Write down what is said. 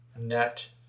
net